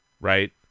right